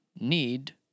need